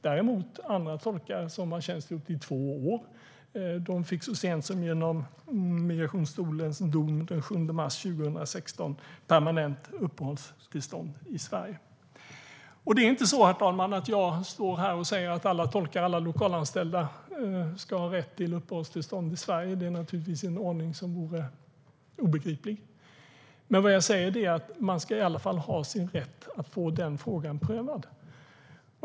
Däremot fick andra tolkar som har tjänstgjort i två år så sent som genom migrationsdomstolens dom den 7 mars 2016 permanent uppehållstillstånd i Sverige. Det är inte så, herr talman, att jag står här och säger att alla tolkar och alla lokalanställda ska ha rätt till uppehållstillstånd i Sverige. Det vore naturligtvis en obegriplig ordning. Vad jag säger är att man i alla fall ska ha rätt att få den frågan prövad.